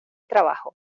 trabajo